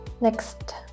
next